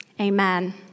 Amen